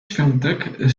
świątek